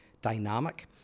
dynamic